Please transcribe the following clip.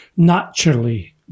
naturally